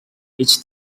each